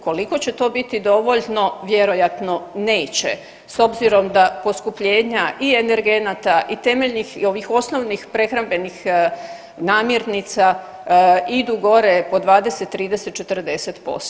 Koliko će to biti dovoljno, vjerojatno neće, s obzirom da poskupljenja i energenata i temeljnih i ovih osnovnih prehrambenih namirnica idu gore po 20, 30, 40%